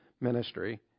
ministry